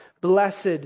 Blessed